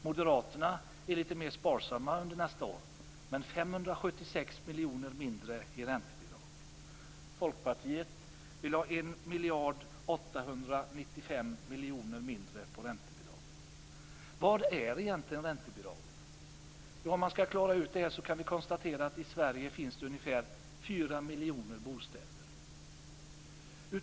Moderaterna är lite mer sparsamma nästa år med 576 miljoner mindre i räntebidrag. Vad är räntebidrag? Vi kan konstatera att i Sverige finns ungefär 4 miljoner bostäder.